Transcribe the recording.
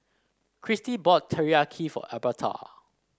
Christy bought Teriyaki for Albertha